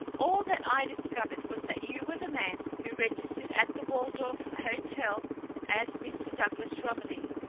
all that i discovered was that you were the man who registered at the waldorf hotel as mr. douglas romilly.